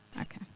Okay